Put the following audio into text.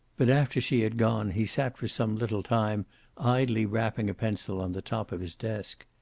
but after she had gone he sat for some little time idly rapping a pencil on the top of his desk.